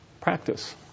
practice